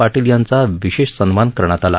पाटील यांचा विशेष सन्मान करण्यात आला